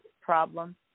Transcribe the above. problem